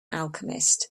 alchemist